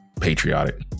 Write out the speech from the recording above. patriotic